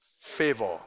Favor